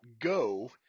go